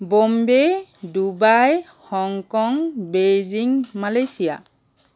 Bombay Dubai Hong Kong Beijing Malaysia